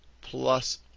plus